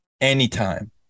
anytime